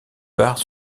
barres